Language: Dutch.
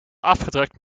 afgedrukt